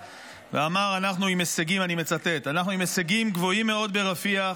ואמר: "אנחנו עם הישגים גבוהים מאוד ברפיח".